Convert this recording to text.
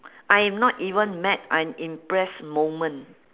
I am not even mad I'm impressed moment